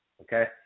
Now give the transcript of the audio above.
okay